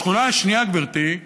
התכונה השנייה, גברתי,